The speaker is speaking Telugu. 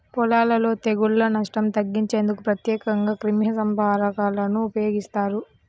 పొలాలలో తెగుళ్ల నష్టం తగ్గించేందుకు ప్రత్యేకంగా క్రిమిసంహారకాలను ఉపయోగిస్తారు